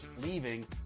leaving